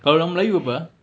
kalau orang melayu apa ah